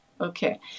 Okay